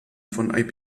von